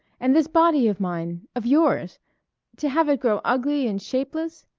and this body of mine of yours to have it grow ugly and shapeless?